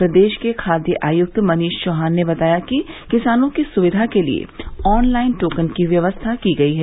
प्रदेश के खाद्य आयुक्त मनीष चौहान ने बताया कि किसानों की सुविघा के लिए ऑन लाइन टोकन की व्यवस्था की गयी है